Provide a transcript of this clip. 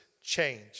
change